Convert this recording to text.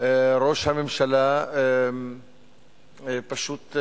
ריצת האמוק הבלתי-נשלטת